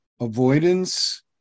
avoidance